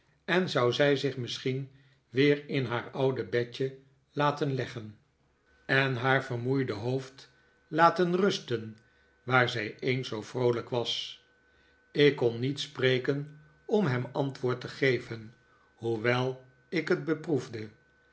en zou zij zich misschien weer in haar oude bedje laten legdavid copper field gen en haar vermoeide hoofd laten rusten waar zij eens zoo vroolijk was ik kon niet spreken om hem antwoord te geven hoewel ik het